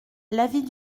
l’avis